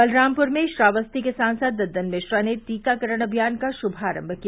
बलरामपुर में श्रावस्ती के सांसद ददन मिश्रा ने टीकाकरण अभियान का श्मारम्म किया